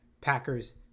Packers